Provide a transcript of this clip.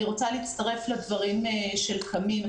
אני רוצה להצטרף לדברים של קאמי כהן,